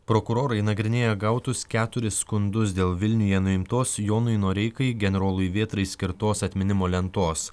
prokurorai nagrinėja gautus keturis skundus dėl vilniuje nuimtos jonui noreikai generolui vėtrai skirtos atminimo lentos